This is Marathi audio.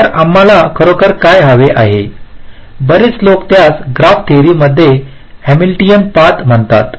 तर आम्हाला खरोखर काय हवे आहे बरेच लोक त्यास ग्राफ थेअरीमध्ये हॅमिल्टोनियन पाथ म्हणतात